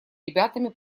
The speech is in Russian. ребятами